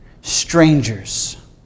strangers